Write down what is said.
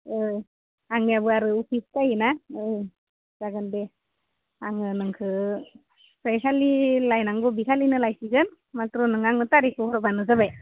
ओ आंनियाबो आरो अफिस थायोना औ जागोन दे आङो नोंखो जायखालि लायनांगौ बेखालिनो लायसिगोन माथ्र' नोङो आंनो थारिखखौ हरब्लानो जाबाय